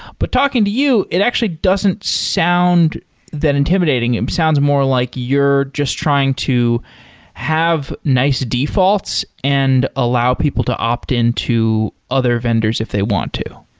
but talking to you, it actually doesn't sound that intimidating. it sounds more like you're just trying to have nice defaults and allow people to opt in to other vendors if they want to.